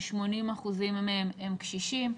כ-80% מהם הם קשישים.